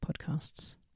podcasts